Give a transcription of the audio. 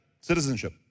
citizenship